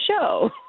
show